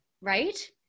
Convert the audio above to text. Right